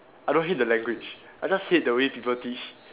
I don't hate the language I just hate the way people teach